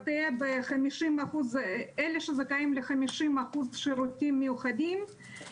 אלה שזכאים ל-50% שירותים מיוחדים,